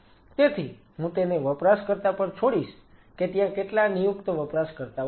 તેથી હું તેને વપરાશકર્તા પર છોડીશ કે ત્યાં કેટલા નિયુક્ત વપરાશકર્તાઓ છે